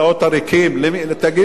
תגיד לי למי לדבר.